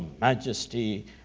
majesty